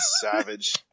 Savage